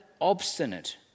obstinate